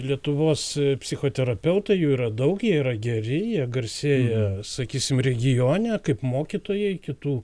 lietuvos psichoterapeutai jų yra daug jie yra geri jie garsėja sakysim regione kaip mokytojai kitų